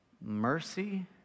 mercy